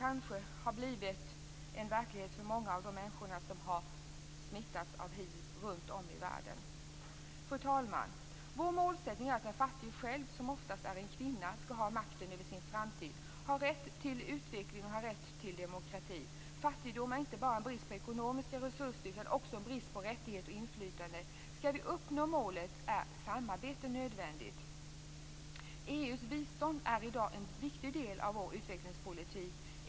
Kanske har blivit en verklighet för många av de människor som har smittats av hiv runt om i världen. Fru talman! Vår målsättning är att den fattige själv - som ofta är en kvinna - skall ha makten över sin framtid, ha rätt till utveckling och ha rätt till demokrati. Fattigdom är inte bara brist på ekonomiska resurser utan också brist på rättigheter och inflytande. Skall vi uppnå målen är samarbete nödvändigt. EU:s bistånd är i dag en viktig del av vår utvecklingspolitik.